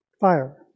fire